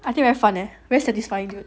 I think very fun eh very satisfying